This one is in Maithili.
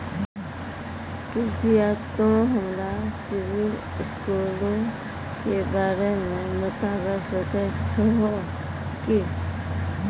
कृपया तोंय हमरा सिविल स्कोरो के बारे मे बताबै सकै छहो कि?